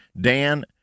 Dan